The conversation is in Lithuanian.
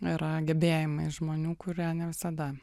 yra gebėjimai žmonių kurie ne visada